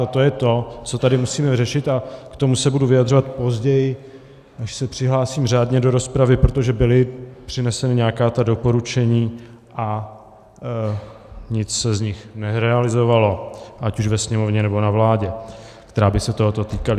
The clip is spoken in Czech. A to je to, co tady musíme řešit, a k tomu se budu vyjadřovat později, až se přihlásím řádně do rozpravy, protože byla přinesena nějaká ta doporučení a nic se z nich nerealizovalo, ať už ve Sněmovně, nebo na vládě, která by se tohoto týkala.